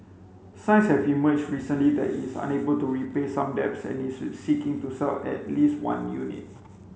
signs have emerged recently that it's unable to repay some debts and is seeking to sell at least one unit